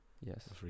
yes